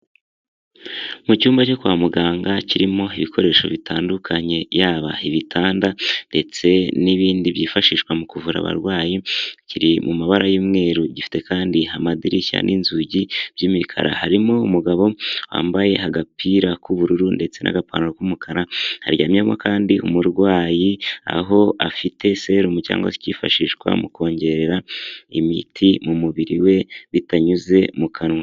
Mu cyumba cyo kwa muganga kirimo ibikoresho bitandukanye, yaba ibitanda ndetse n'ibindi byifashishwa mu kuvura abarwayi, kiri mu mabara y'umweru gifite kandi amadirishya n'inzugi by'imikara, harimo umugabo wambaye agapira k'ubururu ndetse n'agapantaro k'umukara, haryamyemo kandi umurwayi, aho afite serumu cyangwag se icyifashishwa mu kongerera imiti mu mubiri we bitanyuze mu kanwa.